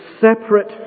separate